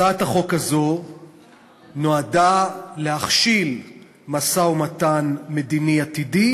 הצעת החוק הזאת נועדה להכשיל משא-ומתן מדיני עתידי